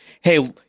Hey